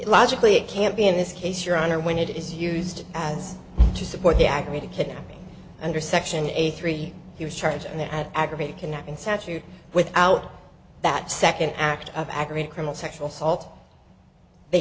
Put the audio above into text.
logically it can't be in this case your honor when it is used as to support the aggravated kidnapping under section eight three he was charged and that aggravated kidnapping saturated with out that second act of aggravated criminal sexual